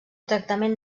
tractament